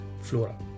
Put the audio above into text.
flora